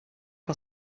for